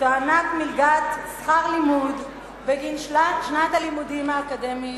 תוענק מלגת שכר לימוד בגין שנת הלימודים האקדמית